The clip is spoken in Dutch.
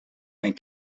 mijn